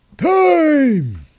Time